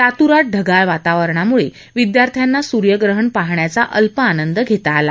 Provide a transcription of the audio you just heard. लातूरात ढगाळ वातावरणामुळे विद्यार्थ्यांना सुर्यग्रहण पाहण्याचा अल्प होईना आनंद घेता आला